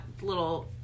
little